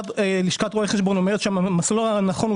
שלשכת רואי חשבון אומרת שהמסלול הנכון הוא